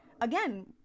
again